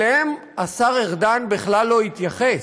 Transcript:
אליהם השר ארדן בכלל לא התייחס.